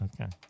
Okay